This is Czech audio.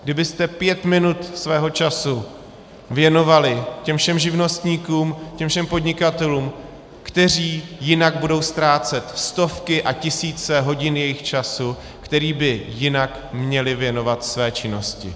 Kdybyste pět minut svého času věnovali těm všem živnostníkům, těm všem podnikatelům, kteří jinak budou ztrácet stovky a tisíce hodin času, který by jinak měli věnovat své činnosti.